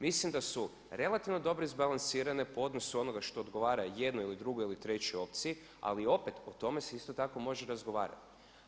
Mislim da su relativno dobro izbalansirane po odnosu onoga što odgovara jednoj ili drugoj ili trećoj opciji, ali opet o tome se isto tako može razgovarati.